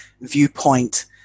viewpoint